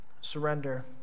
Surrender